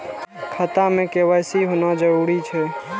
खाता में के.वाई.सी होना जरूरी छै?